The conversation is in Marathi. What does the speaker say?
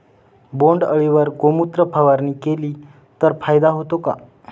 बोंडअळीवर गोमूत्र फवारणी केली तर फायदा होतो का?